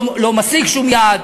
לא משיג שום יעד,